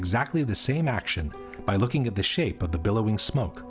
exactly the same action by looking at the shape of the billowing smoke